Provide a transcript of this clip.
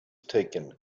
taken